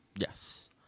Yes